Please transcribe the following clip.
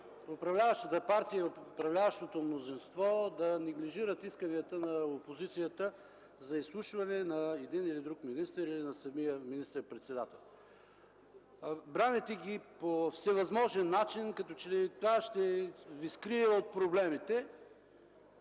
управляващата партия и управляващото мнозинство да неглижират исканията на опозицията за изслушване на един или друг министър или на самия министър-председател. Браните ги по всевъзможен начин, като че ли това ще ви скрие от проблемите.